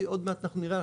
כי עוד מעט אנחנו נראה,